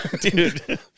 Dude